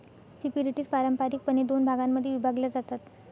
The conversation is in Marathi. सिक्युरिटीज पारंपारिकपणे दोन भागांमध्ये विभागल्या जातात